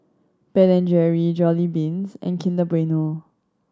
Ben and Jerry Jollibeans and Kinder Bueno